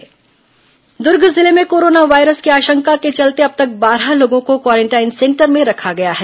corona जिला alert Durg जिले में कोरोना वायरस की आशंका के चलते अब तक बारह लोगों को क्वारेंटाइन सेंटर में रखा गया है